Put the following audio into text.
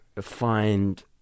find